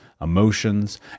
emotions